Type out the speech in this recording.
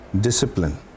Discipline